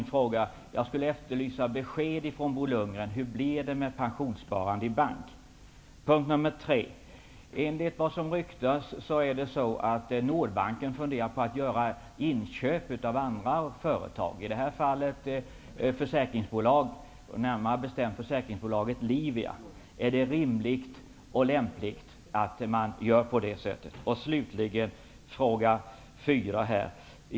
Jag efterlyser besked ifrån Bo Lundgren. Hur blir det med pensionssparande i bank? 3. Enligt vad som ryktas funderar Nordbanken på att göra inköp av andra företag, i det här fallet försäkringsbolag, närmare bestämt försäkringsbolaget Livia. Är det rimligt och lämpligt att man gör på det sättet?